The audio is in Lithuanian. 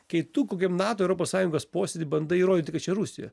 kai tu kokiam nato europos sąjungos posėdy bandai įrodyti kad čia rusija